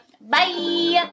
Bye